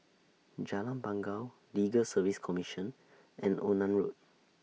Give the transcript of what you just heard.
Jalan Bangau Legal Service Commission and Onan Road